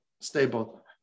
stable